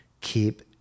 Keep